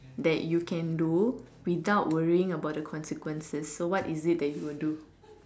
that you can do without worrying about the consequences so what is it that you would do